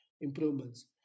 improvements